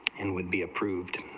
and would be approved